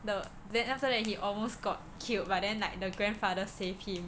the then after that he almost got killed but then like the grandfather saved him